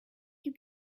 you